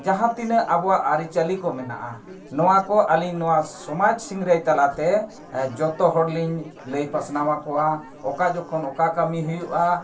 ᱡᱟᱦᱟᱸ ᱛᱤᱱᱟᱹᱜ ᱟᱵᱚᱣᱟᱜ ᱟᱹᱨᱤᱪᱟᱹᱞᱤ ᱠᱚ ᱢᱮᱱᱟᱜᱼᱟ ᱱᱚᱣᱟ ᱠᱚ ᱟᱹᱞᱤᱧ ᱱᱚᱣᱟ ᱥᱚᱢᱟᱡᱽ ᱥᱤᱝᱨᱟᱹᱭ ᱛᱟᱞᱟᱛᱮ ᱡᱚᱛᱚ ᱦᱚᱲ ᱞᱤᱧ ᱞᱟᱹᱭ ᱯᱟᱥᱱᱟᱣ ᱟᱠᱚᱣᱟ ᱚᱠᱟ ᱡᱚᱠᱷᱚᱱ ᱚᱠᱟ ᱠᱟᱹᱢᱤ ᱦᱩᱭᱩᱜᱼᱟ